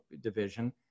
division